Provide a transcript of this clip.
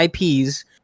IPs